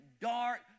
dark